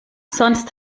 sonst